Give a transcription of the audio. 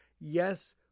Yes